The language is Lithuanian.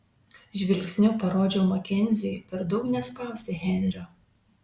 žvilgsniu parodžiau makenziui per daug nespausti henrio